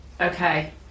Okay